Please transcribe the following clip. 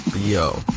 Yo